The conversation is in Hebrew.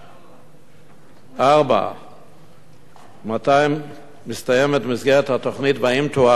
4. מתי מסתיימת מסגרת התוכנית והאם תוארך?